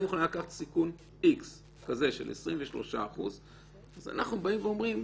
אני מוכנה לקחת סיכון איקס של 23%. אז אנחנו אומרים,